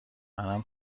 منم